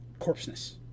corpseness